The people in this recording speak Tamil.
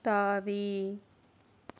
தாவி